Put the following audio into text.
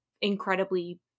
incredibly